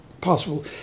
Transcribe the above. possible